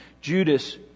Judas